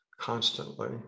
constantly